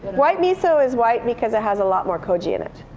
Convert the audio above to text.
white miso is white because it has a lot more koji in it,